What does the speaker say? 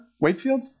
Wakefield